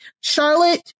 charlotte